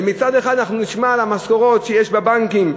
ומצד אחר נשמע על המשכורות שיש בבנקים,